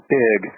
big